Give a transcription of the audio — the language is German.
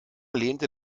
lehnte